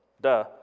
duh